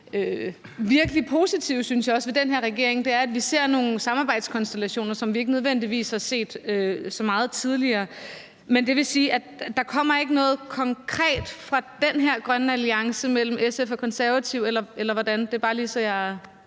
virkelig positive, synes jeg, også ved den her regering, at vi ser nogle samarbejdskonstellationer, som vi ikke nødvendigvis har set så meget tidligere. Men det vil sige, at der kommer ikke noget konkret fra den her grønne alliance mellem SF og Konservative – eller hvordan? Det er bare lige, så jeg